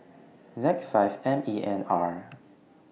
Z five M E N R